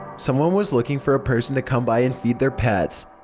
someone was looking for a person to come by and feed their pets.